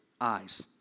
eyes